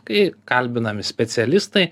kai kalbinami specialistai